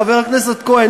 חבר הכנסת כהן,